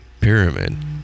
Pyramid